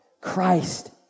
Christ